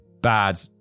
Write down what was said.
bad